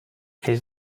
his